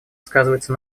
сказывается